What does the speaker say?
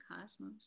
cosmos